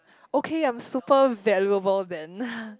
okay I'm super valuable then